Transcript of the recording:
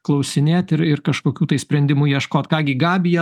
klausinėt ir ir kažkokių tai sprendimų ieškot ką gi gabija